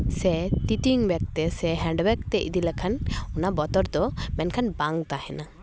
ᱥᱮ ᱛᱤ ᱴᱮᱣᱮᱧ ᱵᱮᱜᱽ ᱛᱮ ᱥᱮ ᱦᱮᱸᱰ ᱵᱮᱜᱽ ᱛᱮ ᱤᱫᱤ ᱞᱮᱠᱷᱟᱱ ᱚᱱᱟ ᱵᱚᱛᱚᱨ ᱫᱚ ᱢᱮᱱᱠᱷᱟᱱ ᱵᱟᱝ ᱛᱟᱦᱮᱸᱱᱟ